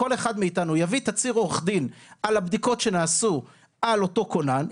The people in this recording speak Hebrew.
כל אחד מאתנו יביא תצהיר עורך דין על הבדיקות שנעשו על אותו כונן,